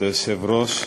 כבוד היושב-ראש,